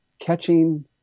Catching